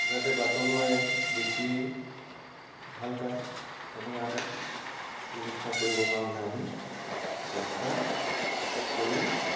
যাতে বাটৰুৱাই দেখিয়ে ভাল পায় তেনেকুৱা এটা ব্যৱস্থা এটা কৰিবৰ কাৰণে আমি চেষ্টা কৰি